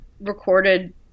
recorded